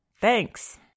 Thanks